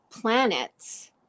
planets